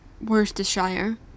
Worcestershire